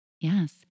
Yes